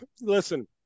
Listen